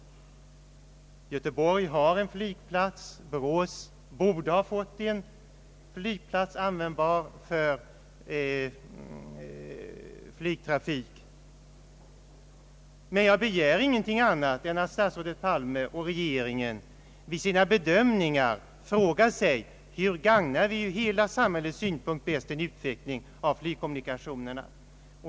Göteborg har en flygplats. Borås borde ha fått en flygplats. Jag begär dock naturligtvis ingenting annat än att statsrådet Palme och regeringen vid sina bedömningar frågar sig: Hur gagnar vi ur hela samhällets synpunkt bäst en utveckling av flygkommunikationerna?